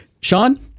Sean